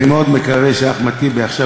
אני מאוד מקווה שאחמד טיבי עכשיו,